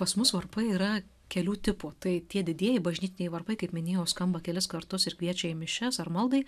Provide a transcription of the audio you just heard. pas mus varpai yra kelių tipų tai tie didieji bažnytiniai varpai kaip minėjau skamba kelis kartus ir kviečia į mišias ar maldai